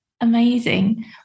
Amazing